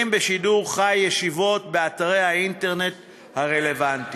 בשידור חי ישיבות באתרי האינטרנט הרלוונטיים.